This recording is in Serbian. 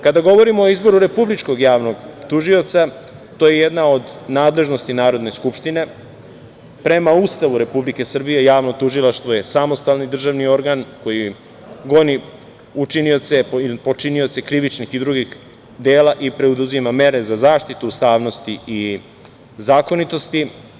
Kada govorimo o izboru Republičkog javnog tužioca, to je jedna od nadležnosti Narodne skupštine, prema Ustavu Republike Srbije Javno tužilaštvo je samostalni državni organ koji goni počinioce krivičnih i drugih dela i preduzima mere za zaštitu ustavnosti i zakonitosti.